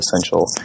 essential